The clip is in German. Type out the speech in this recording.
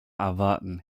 erwarten